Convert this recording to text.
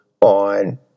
on